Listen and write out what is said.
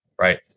right